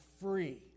free